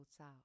out